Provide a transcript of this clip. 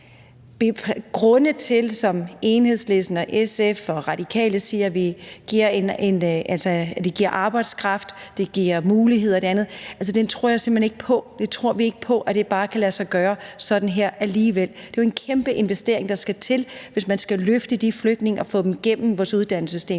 grunde, som Enhedslisten, SF og Radikale Venstre giver, om, at det giver arbejdskraft og muligheder og andet, tror jeg simpelt hen ikke på. Vi tror ikke på, at det bare kan lade sig gøre sådan her alligevel. Det er jo en kæmpe investering, der skal til, hvis man skal løfte de flygtninge og få dem igennem vores uddannelsessystem,